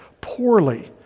poorly